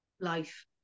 life